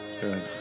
Good